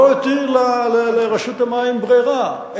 לא הותיר לרשות המים ברירה,